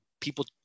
People